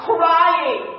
Crying